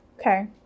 Okay